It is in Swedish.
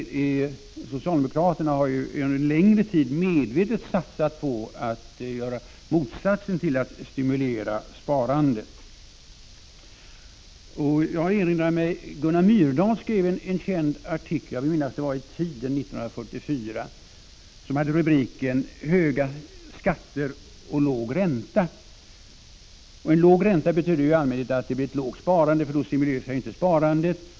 Socialdemokraterna har ju under en längre tid medvetet satsat på att göra motsatsen till att stimulera sparandet. Jag erinrar mig att Gunnar Myrdal skrev en känd artikel — jag vill minnas att det var i Tiden 1944 — som hade rubriken: Höga skatter och låg ränta. En låg ränta betyder i allmänhet att det blir ett lågt sparande, för då stimuleras inte sparandet.